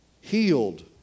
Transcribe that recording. healed